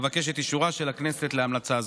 אבקש את אישורה של הכנסת להמלצה זו.